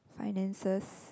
finances